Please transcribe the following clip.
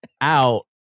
out